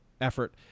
effort